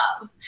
love